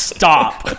Stop